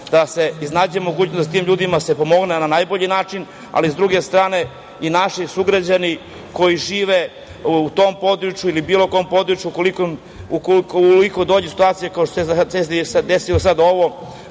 da se iznađe mogućnost da se tim ljudima pomogne na najbolji način. Sa druge strane, i naši sugrađani koji žive u tom području ili bilo kom području ukoliko dođe do situacije kao što se desila ova,